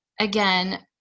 again